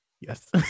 Yes